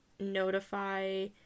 notify